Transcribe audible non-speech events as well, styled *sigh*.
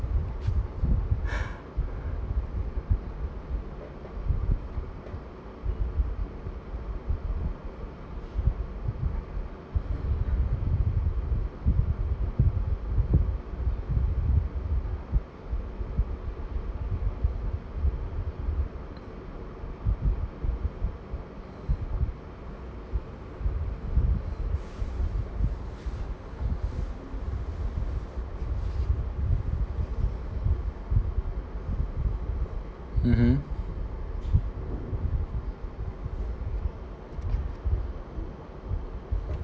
*breath* mmhmm